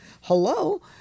Hello